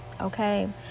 okay